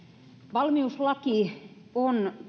valmiuslaki on